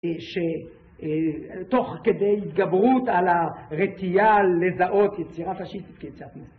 שתוך כדי התגברות על הרתיעה לזהות יצירה פשיסטית כיצירת מופת